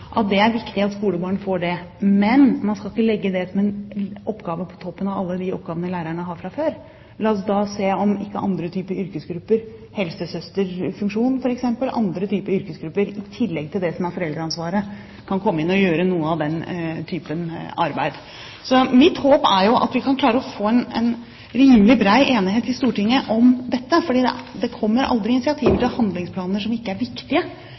det er viktig at skolebarn får, men man skal ikke legge det som en oppgave på toppen av alle de oppgavene lærerne har fra før – godt kan tenke seg å se om ikke andre typer yrkesgrupper, helsesøsterfunksjon f.eks., andre typer yrkesgrupper i tillegg til det som er foreldreansvaret, kan komme inn og gjøre noe av den typen arbeid. Så mitt håp er jo at vi kan klare å få en rimelig bred enighet i Stortinget om dette, for det kommer aldri initiativer til handlingsplaner som ikke er viktige,